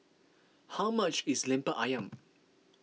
how much is Lemper Ayam